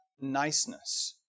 niceness